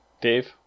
Dave